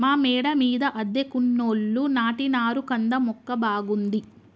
మా మేడ మీద అద్దెకున్నోళ్లు నాటినారు కంద మొక్క బాగుంది